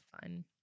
fun